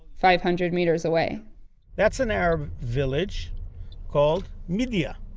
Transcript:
five hundred meters away that's an arab village called midya.